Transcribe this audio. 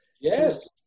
Yes